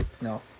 No